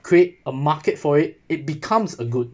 create a market for it it becomes a good